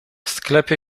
sklepie